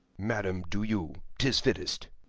madam, do you tis fittest.